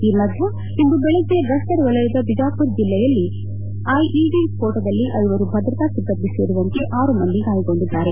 ಈ ಮಧ್ಯೆ ಇಂದು ಬೆಳಗ್ಗೆ ಬಸ್ತರ್ ವಲಯದ ಬಿಜಾಪುರ ಜಿಲ್ಲೆಯಲ್ಲಿ ಐಇಡಿ ಸ್ಪೋಟದಲ್ಲಿ ಐವರು ಭದ್ರತಾ ಸಿಬ್ಲಂದಿ ಸೇರಿದಂತೆ ಆರು ಮಂದಿ ಗಾಯಗೊಂಡಿದ್ದಾರೆ